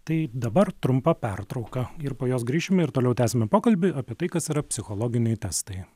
tai dabar trumpa pertrauka ir po jos grįšime ir toliau tęsime pokalbį apie tai kas yra psichologiniai testai